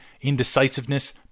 indecisiveness